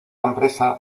empresa